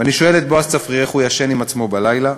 ואני שואל את בועז צפריר איך הוא ישן עם עצמו בלילה.